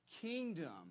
kingdom